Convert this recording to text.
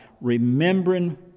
remembering